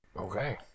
okay